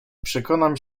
przekonam